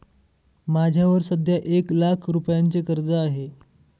माझ्यावर सध्या एक लाख रुपयांचे कर्ज आहे